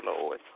Lord